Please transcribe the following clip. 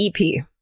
ep